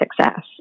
success